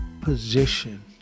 position